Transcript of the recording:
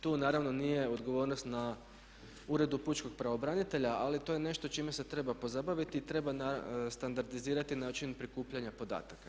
Tu naravno nije odgovornost na Uredu pučkog pravobranitelja, ali to je nešto čime se treba pozabaviti i treba standardizirati način prikupljanja podataka.